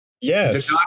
yes